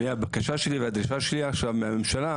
הבקשה שלי והדרישה שלי מהממשלה,